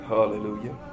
Hallelujah